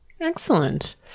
Excellent